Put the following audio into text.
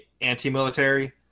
anti-military